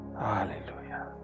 hallelujah